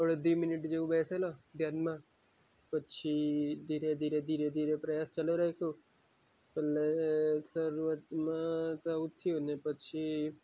અડધી મિનિટ જેવું બેસેલો ધ્યાનમાં પછી ધીરે ધીરે ધીરે ધીરે પ્રયાસ ચાલુ રાખ્યો અને શરૂઆતમાં તો આવું થયુંને પછી